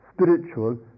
spiritual